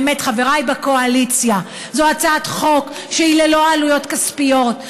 חברי בקואליציה: זאת הצעת חוק שהיא ללא עלויות כספיות,